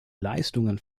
leistungen